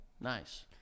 Nice